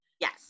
Yes